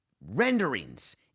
Renderings